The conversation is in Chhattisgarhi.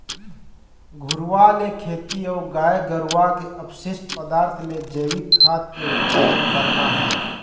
घुरूवा ले खेती अऊ गाय गरुवा के अपसिस्ट पदार्थ ले जइविक खाद के उत्पादन करना हे